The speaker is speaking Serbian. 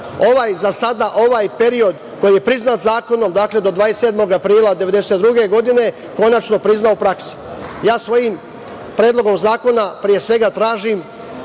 ovaj, za sada ovaj period koji je priznat zakonom, dakle do 27. aprila 1992. godine, konačno prizna u praksi. Svojim predlogom zakona, pre svega, tražim